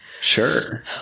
Sure